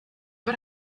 but